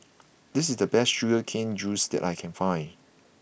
this is the best Sugar Cane Juice that I can find